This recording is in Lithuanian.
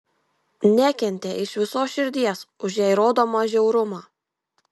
nekentė iš visos širdies už jai rodomą žiaurumą